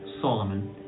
Solomon